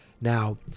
Now